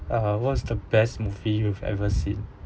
uh what's the best movie you've ever seen